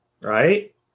right